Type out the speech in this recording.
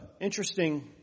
interesting